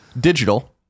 Digital